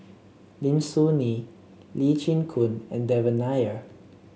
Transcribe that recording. Lim Soo Ngee Lee Chin Koon and Devan Nair